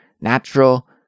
natural